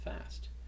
fast